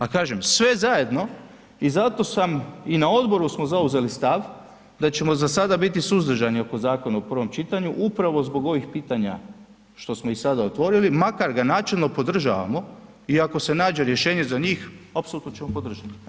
A kažem sve zajedno i zato sam i na odboru samo zauzeli stav da ćemo za sada biti suzdržani oko zakona u prvom čitanju upravo zbog ovih pitanja što smo ih sada otvorili, makar ga načelno podržavamo iako se nađe rješenje za njih, apsolutno ćemo podržat.